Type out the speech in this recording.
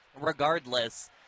regardless